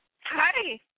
Hi